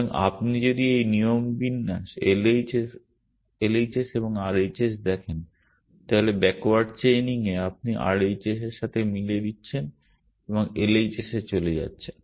সুতরাং আপনি যদি এই নিয়ম বিন্যাস LHS এবং RHS দেখেন তাহলে ব্যাকওয়ার্ড চেইনিং এ আপনি এখানে RHS এর সাথে মিলিয়ে দিচ্ছেন এবং LHS এ চলে যাচ্ছেন